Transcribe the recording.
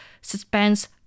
suspense